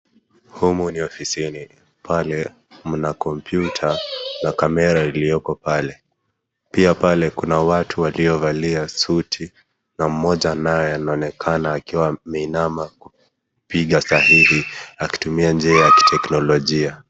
Humu ni ofisini. Pale mnakompyuta na kamera iliyoko pale. Pia pale kuna watu waliovalia suti, na mmoja naye anaonekana akiwa ameinama kupiga sahii akitumia njia ya kiteknolojia.